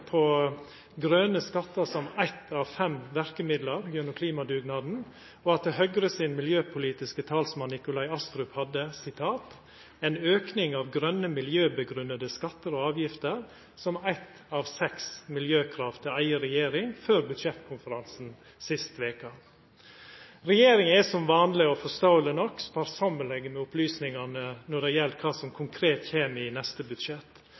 grøne skattar som eitt av fem verkemiddel gjennom klimadugnaden, og at Høgre sin miljøpolitiske talsmann, Nikolai Astrup, hadde «en økning av miljøbegrunnede skatter og avgifter» som eitt av seks miljøkrav til eiga regjering før budsjettkonferansen sist veke. Regjeringa er som vanleg, og forståeleg nok, sparsame med opplysningane når det gjeld kva som konkret kjem i neste budsjett.